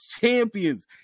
champions